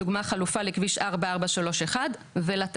דוגמא חלופה לכביש 4431 ולתחמ"ש,